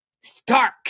stark